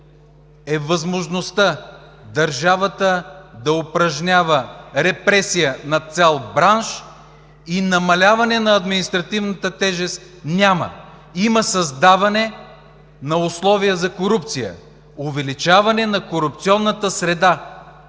е възможността държавата да упражнява репресия над цял бранш и намаляване на административната тежест няма. Има създаване на условия за корупция, увеличаване на корупционната среда,